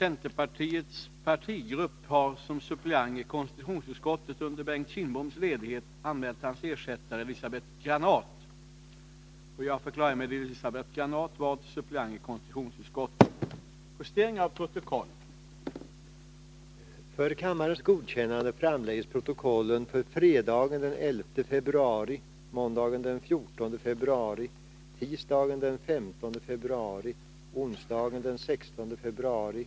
Ett stort antal kommuner är f.n. i färd med att projektera och bygga fjärrvärmeanläggningar. Avser försvarsministern föreslå sådan ändring i lagstiftningen om kommunal beredskap att inte utomordentligt sårbara värmesystem, utan hänsyn till beredskapssynpunkter, i stor skala kan införas i vårt kalla land? Större delen av dem som ingår i massmediekommitténs sekretariat har i dagarna lämnat sina platser. Anledningen är bl.a. att statssekreteraren i utbildningsdepartementet har meddelat att han önskar en politisk styrning av sekretariatet.